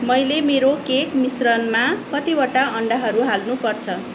मैले मेरो केक मिश्रणमा कतिवटा अन्डाहरू हाल्नु पर्छ